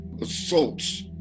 assaults